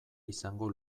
izango